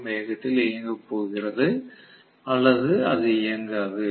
M வேகத்தில் இயங்கப் போகிறது அல்லது அது இயங்காது